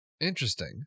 Interesting